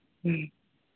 ह्म्म